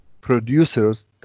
producers